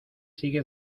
sigue